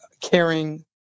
caring